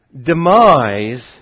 demise